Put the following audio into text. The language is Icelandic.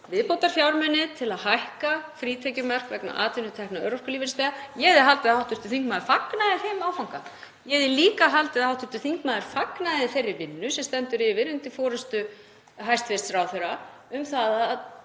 viðbótarfjármuni til að hækka frítekjumark vegna atvinnutekna örorkulífeyrisþega. Ég hefði haldið að hv. þingmaður fagnaði þeim áfanga. Ég hefði líka haldið að hv. þingmaður fagnaði þeirri vinnu sem stendur yfir undir forystu hæstv. ráðherra um að